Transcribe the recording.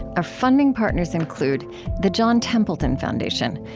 our funding partners include the john templeton foundation.